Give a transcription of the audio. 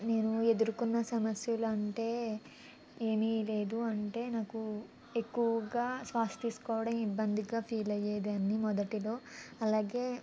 నేను ఎదుర్కొన్న సమస్యలు అంటే ఏమి లేదు అంటే నాకు ఎక్కువగా శ్వాస తీసుకోవడం ఇబ్బందిగా ఫీల్ అయ్యేదాన్ని మొదట్లో అలాగే